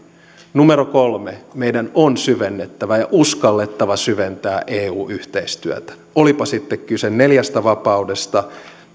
kolme meidän on syvennettävä ja uskallettava syventää eu yhteistyötä olipa sitten kyse neljästä vapaudesta